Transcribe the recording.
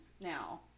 now